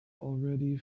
already